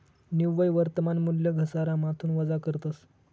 निव्वय वर्तमान मूल्य घसारामाथून वजा करतस